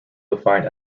defined